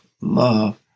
love